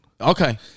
okay